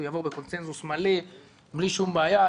הוא יעבור בקונצנזוס מלא בלי שום בעיה.